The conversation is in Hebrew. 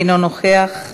אינו נוכח.